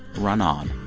run on